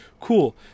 Cool